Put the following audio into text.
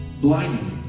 blinding